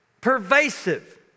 pervasive